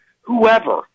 whoever